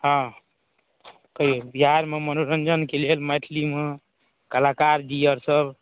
हँ कहियौ बिहारमे मनोरञ्जनके लेल मैथिलीमे कलाकारजी आओरसभ